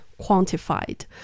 quantified